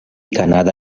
kanada